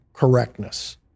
correctness